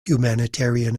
humanitarian